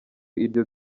iryo